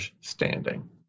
standing